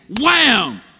wham